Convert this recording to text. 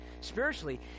spiritually